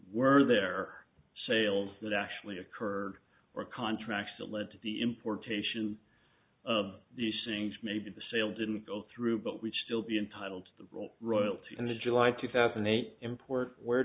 were there sales that actually occurred or contracts that led to the importation of the singhs maybe the sale didn't go through but we'd still be entitled to the royalty in a july two thousand and eight import where